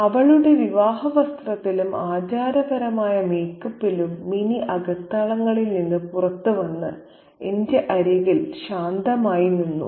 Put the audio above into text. അവളുടെ വിവാഹ വസ്ത്രത്തിലും ആചാരപരമായ മേക്കപ്പിലും മിനി അകത്തളങ്ങളിൽ നിന്ന് പുറത്തുവന്ന് എന്റെ അരികിൽ ശാന്തമായി നിന്നു